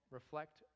reflect